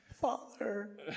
father